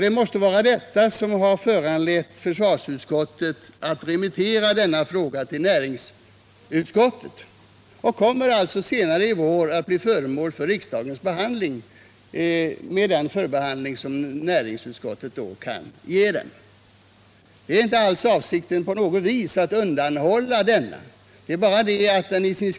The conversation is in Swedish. Det måste vara det som har föranlett försvarsutskottet att remittera motionen till näringsutskottet. Den kommer alltså under våren att bli föremål för riksdagens behandling efter den förbehandling som näringsutskottet kan ge. Det har inte på något vis varit avsikten att undanhålla motionen.